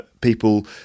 people